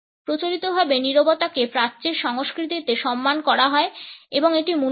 প্রচলিতভাবে নীরবতাকে প্রাচ্যের সংস্কৃতিতে সম্মান করা হয় এবং এটি মূল্যবান